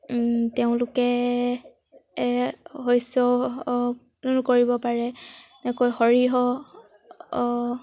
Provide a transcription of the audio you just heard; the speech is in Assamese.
তেওঁলোকে শস্যও কৰিব পাৰে যেনেকৈ সৰিয়হ